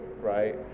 right